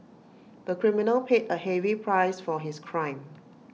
the criminal paid A heavy price for his crime